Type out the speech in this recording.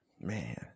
Man